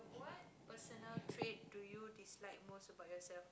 what personal trip do you decide most for yourself